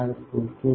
પૂરતી છે